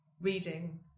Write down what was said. reading